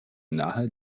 nahe